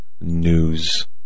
news